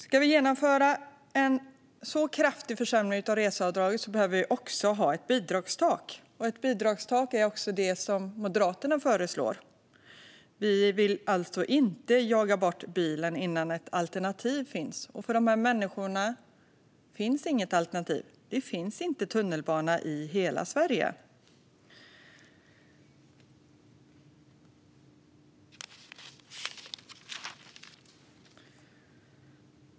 Ska vi genomföra en så kraftig försämring av reseavdraget behöver vi ha ett bidragstak, och ett bidragstak är också det som Moderaterna föreslår. Vi vill alltså inte jaga bort bilen innan ett alternativ finns, och för de här människorna finns inget alternativ. Det finns inte tunnelbana i hela Sverige.